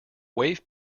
wave